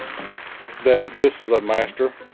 that this is a master